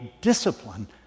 discipline